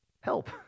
Help